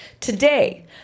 Today